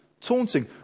taunting